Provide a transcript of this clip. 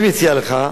אני מציע לך,